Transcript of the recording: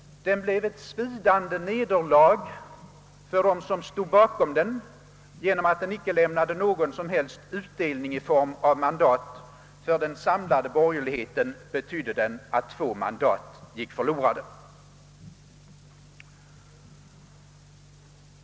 Den blev ett svidande nederlag för dem som stod bakom listan och lämnade inte någon som helst utdelning i form av mandat. För den samlade borgerligheten betydde den att två mandat gick förlorade.